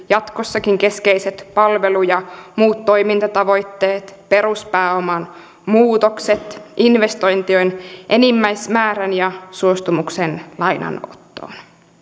jatkossakin keskeiset palvelu ja muut toimintatavoitteet peruspääoman muutokset investointien enimmäismäärän ja suostumuksen lainanottoon